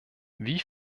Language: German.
wie